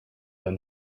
than